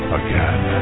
again